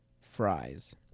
fries